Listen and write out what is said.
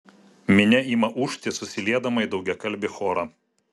minia ima ūžti susiliedama į daugiakalbį chorą